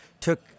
took